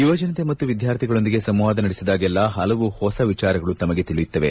ಯುವಜನತೆ ಮತ್ತು ವಿದ್ಯಾರ್ಥಿಗಳೊಂದಿಗೆ ಸಂವಾದ ನಡೆಸಿದಾಗೆಲ್ಲಾ ಹಲವು ಹೊಸ ವಿಚಾರಗಳು ತಮಗೆ ತಿಳಿಯುತ್ತವೆ